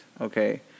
okay